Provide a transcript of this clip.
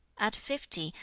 at fifty,